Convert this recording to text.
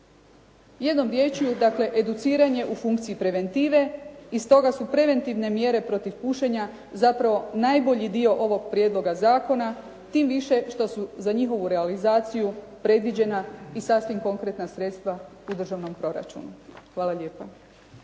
Jednom riječju, dakle educiranje u funkciji preventive i stoga su preventivne mjere protiv pušenja zapravo najbolji dio ovog prijedloga zakona tim više što su za njihovu realizaciju predviđena i sasvim konkretna sredstva u državnom proračunu. Hvala lijepa.